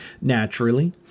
Naturally